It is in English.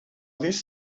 this